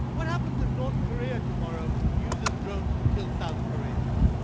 what happens if north korea, tomorrow, uses drones to kill south koreans?